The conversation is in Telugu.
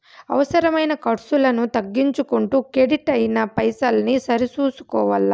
అవసరమైన కర్సులను తగ్గించుకుంటూ కెడిట్ అయిన పైసల్ని సరి సూసుకోవల్ల